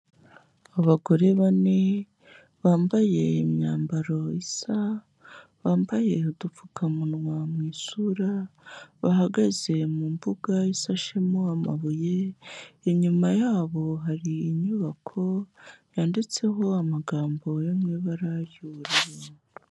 Abagore bane bambaye imyambaro isa, bambaye udupfukamunwa mu isura, bahagaze mu mbuga isashemo amabuye, inyuma yabo hari inyubako yanditseho amagambo yo mu ibara ry'ubururu.